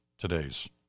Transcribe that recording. Today's